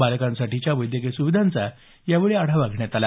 बालकांसाठीच्या वैद्यकीय सुविधांचा यावेळी आढावा घेण्यात आला